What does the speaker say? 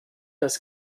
das